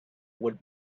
would